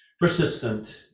Persistent